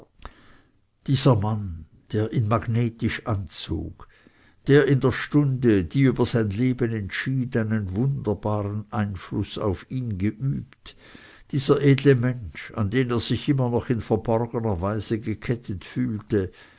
dieser mann der ihn magnetisch anzog der in der stunde die über sein leben entschied einen wunder baren einfluß auf ihn geübt dieser edle mensch an den er sich immer noch in verborgener weise gekettet fühlte